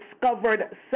discovered